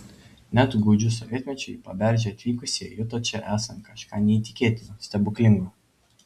net gūdžiu sovietmečiu į paberžę atvykusieji juto čia esant kažką neįtikėtino stebuklingo